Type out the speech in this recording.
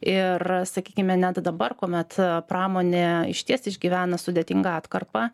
ir sakykime net dabar kuomet pramonė išties išgyvena sudėtingą atkarpą